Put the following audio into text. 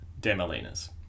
Demolinas